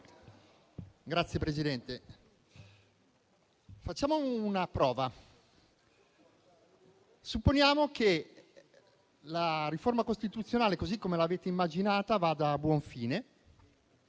Signora Presidente, facciamo una prova. Supponiamo che la riforma costituzionale così come l'avete immaginata vada a buon fine